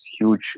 huge